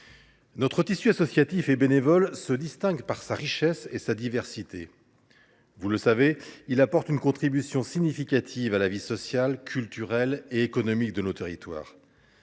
notre tissu associatif et bénévole se distingue par sa richesse et sa diversité. Vous le savez, il contribue de manière significative à la vie sociale, culturelle et économique de nos territoires.